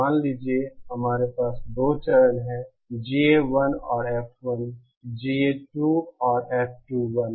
मान लीजिए हमारे पास दो चरण हैं GA1 और F1 GA 2 और F2